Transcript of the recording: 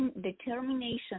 determination